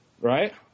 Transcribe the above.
Right